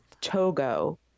Togo